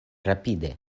rapide